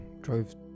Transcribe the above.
drove